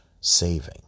saving